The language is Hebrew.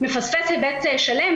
מפספס היבט שלם,